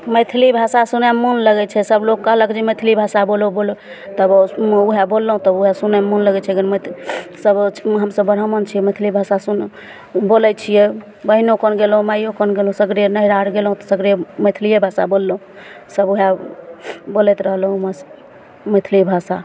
मैथिली भाषा सुनयमे मोन लगय छै सब लोग कहलक जे जे ई मैथिली भाषा बोलहो बोलहो तब ओएह बोललहुँ तब सुनयमे मन लगय छै गन सब हमसब ब्राम्हण छी मैथिली भाषा सुन बोलय छियै बहिनो कन गेलहुँ माइयो कन गेलहुँ सगरे नहिरा आर गेलहुँ तऽ सगरे मैथिलिये भाषा बोललहुँ सब ओएह बोलैत रहलहुँ मैथिली भाषा